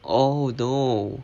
oh no